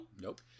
Nope